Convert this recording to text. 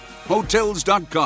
Hotels.com